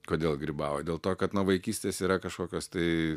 kodėl grybauja dėl to kad nuo vaikystės yra kažkokios tai